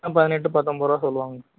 ஆ பதினெட்டு பத்தொம்போது ரூவா சொல்லுவாங்க